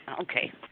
Okay